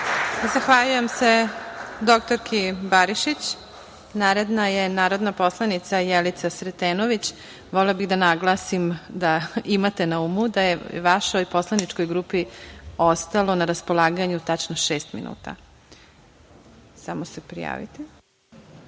Zahvaljujem se dr Barišić. Naredna je narodna poslanica Jelica Sretenović. Volela bih da naglasim da imate na umu da je vašoj poslaničkoj grupi ostalo na raspolaganju tačno šest minuta. Izvolite.